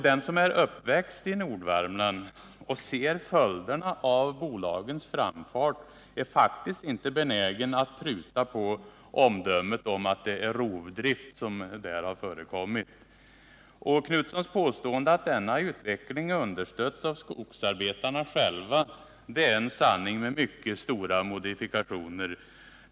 Den som är uppväxt i Nordvärmland och ser följderna av bolagens framfart är faktiskt inte benägen att pruta på omdömet att det är rovdrift som där har förekommit. Göthe Knutsons påstående att denna utveckling understötts av skogsarbetarna själva är en sanning med mycket stora modifikationer.